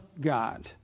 God